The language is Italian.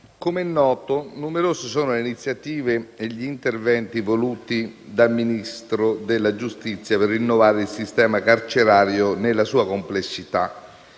come noto, numerose sono le iniziative e gli interventi voluti dal Ministro della Giustizia per innovare il sistema carcerario nella sua complessità,